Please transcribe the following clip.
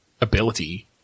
ability